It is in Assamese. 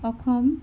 অসম